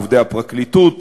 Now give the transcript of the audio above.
עובדי הפרקליטות,